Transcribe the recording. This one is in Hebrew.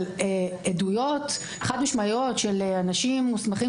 אבל עדויות חד משמעויות של אנשים מוסמכים